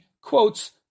quotes